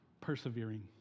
Persevering